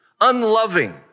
unloving